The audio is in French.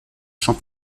champ